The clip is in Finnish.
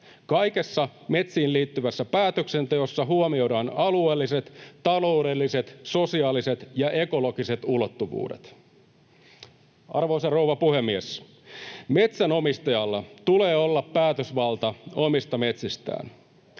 Kaikessa metsiin liittyvässä päätöksenteossa huomioidaan alueelliset, taloudelliset, sosiaaliset ja ekologiset ulottuvuudet. Arvoisa rouva puhemies! Metsänomistajalla tulee olla päätösvalta omista metsistään.